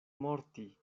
morti